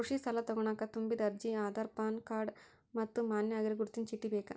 ಕೃಷಿ ಸಾಲಾ ತೊಗೋಣಕ ತುಂಬಿದ ಅರ್ಜಿ ಆಧಾರ್ ಪಾನ್ ಕಾರ್ಡ್ ಮತ್ತ ಮಾನ್ಯ ಆಗಿರೋ ಗುರುತಿನ ಚೇಟಿ ಬೇಕ